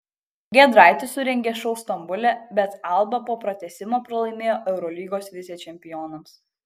giedraitis surengė šou stambule bet alba po pratęsimo pralaimėjo eurolygos vicečempionams